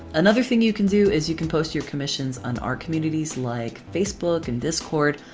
another thing you can do is you can post your commissions on art communities like facebook and discord.